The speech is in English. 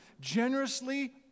generously